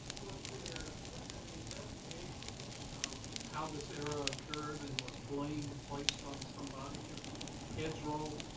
was there an investigation of how this error ah occurred, and was blame placed on somebody, or heads roll?